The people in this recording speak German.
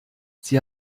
sie